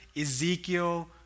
Ezekiel